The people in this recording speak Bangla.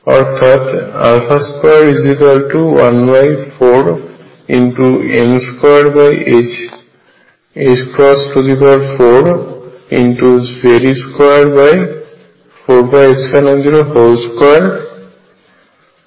অর্থাৎ 214m24Ze24π02 হবে